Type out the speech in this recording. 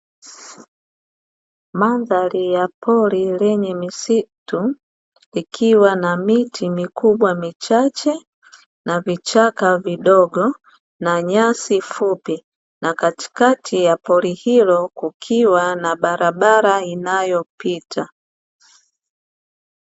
Mandhari ya pori lenye misitu likiwa na miti mikubwa michache na vichaka vidogo, na nyasi fupi na katikati ya pori hilo kukiwa na barabara inayopita.